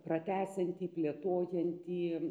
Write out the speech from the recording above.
pratęsiantį plėtojantį